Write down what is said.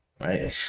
right